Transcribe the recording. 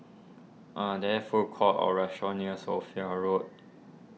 are there food courts or restaurants near Sophia Road